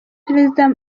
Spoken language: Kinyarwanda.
perezida